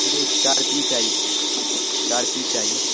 مجھے اسکارپی چاہیے اسکارپی چاہیے